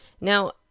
Now